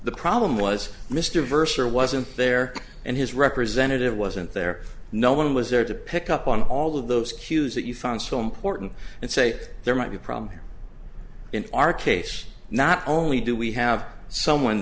the problem was mr verse or wasn't there and his representative wasn't there no one was there to pick up on all of those cues that you found so important and say there might be a problem here in our case not only do we have someone